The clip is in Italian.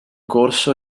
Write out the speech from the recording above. corso